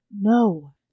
No